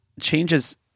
changes